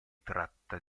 tratta